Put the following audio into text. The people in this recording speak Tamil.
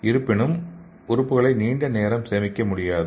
இருப்பினும் உறுப்புகளை நீண்ட நேரம் சேமிக்க முடியாது